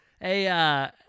Hey